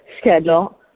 schedule